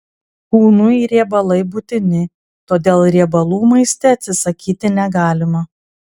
kūnui riebalai būtini todėl riebalų maiste atsisakyti negalima